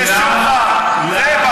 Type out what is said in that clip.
אני שואל אותך שאלה: למה, זה שוחד.